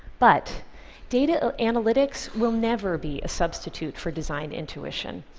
but data ah analytics will never be a substitute for design intuition.